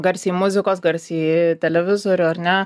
garsiai muzikos garsiai televizorių ar ne